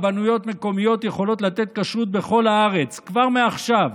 רבנויות מקומיות יכולות לתת כשרות בכל הארץ כבר מעכשיו,